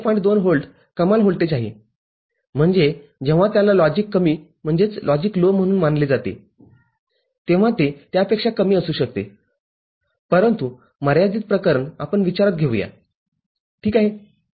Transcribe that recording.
२ volt कमाल voltage आहे म्हणजे जेव्हा त्याला लॉजिक कमी म्हणून मानले जाते तेव्हा ते त्यापेक्षा कमी असू शकतेपरंतु मर्यादित प्रकरण विचारात घेऊया ठीक आहे